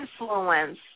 influence